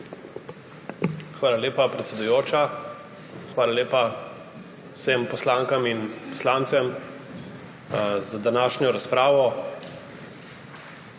Hvala lepa, predsedujoča. Hvala lepa vsem poslankam in poslancem za današnjo razpravo.